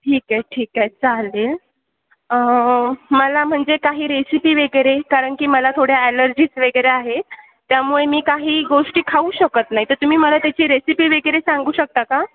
ठीक आहे ठीक आहे चालेल मला म्हणजे काही रेसिपी वगैरे कारण की मला थोड्या ॲलर्जीज वगैरे आहेत त्यामुळे मी काही गोष्टी खाऊ शकत नाही तर तुम्ही मला त्याची रेसिपी वगैरे सांगू शकता का